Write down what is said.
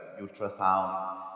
ultrasound